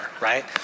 right